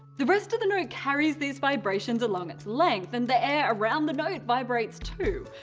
the rest of the note carries these vibrations along its length and the air around the note vibrates too.